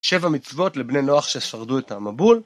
שבע מצוות לבני נוח ששרדו את המבול.